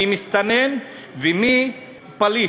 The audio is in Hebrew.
מי מסתנן ומי פליט,